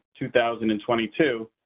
2022